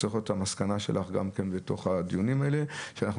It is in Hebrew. צריכה להיות המסקנה שלך גם בתוך הדיונים האלה: שאנחנו